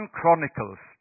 Chronicles